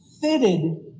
fitted